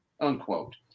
unquote